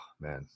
man